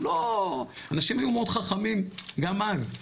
אנשים היו מאוד חכמים גם אז.